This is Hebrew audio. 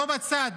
לא בצד